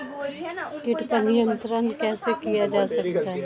कीट पर नियंत्रण कैसे किया जा सकता है?